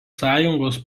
sąjungos